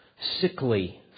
sickly